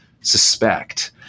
suspect